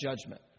judgment